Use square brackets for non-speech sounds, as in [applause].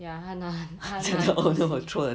ya 他拿 [laughs] 他拿你东西